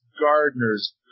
gardener's